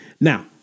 Now